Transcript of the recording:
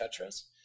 tetras